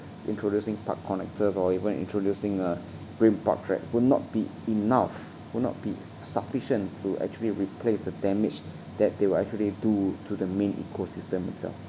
introducing park connectors or even introducing a green park track would not be enough would not be sufficient to actually replace the damage that they will actually do to the main ecosystem itself